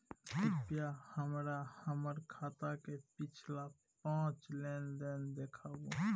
कृपया हमरा हमर खाता से पिछला पांच लेन देन देखाबु